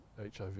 HIV